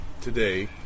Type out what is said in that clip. today